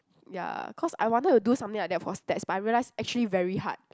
ya cause I wanted to do something like that for stats but I realise actually very hard